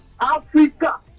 africa